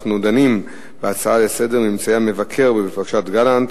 אנחנו דנים בהצעה לסדר-היום בנושא: ממצאי המבקר בפרשת גלנט.